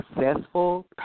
successful